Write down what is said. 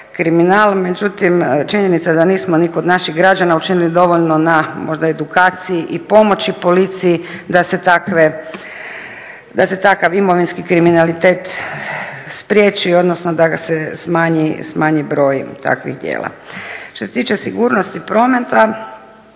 kriminal, međutim činjenica je da nismo ni kod naših građana učinili dovoljno na možda edukaciji i pomoći policiji da se takav imovinski kriminalitet spriječi odnosno da ga se smanji broj takvih djela. Što se tiče sigurnosti prometa